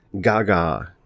gaga